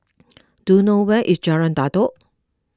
do you know where is Jalan Datoh